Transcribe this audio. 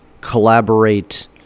collaborate